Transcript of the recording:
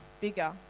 bigger